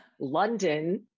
London